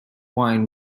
wine